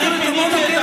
את מה פיניתי?